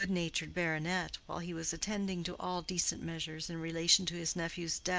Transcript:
the good-natured baronet, while he was attending to all decent measures in relation to his nephew's death,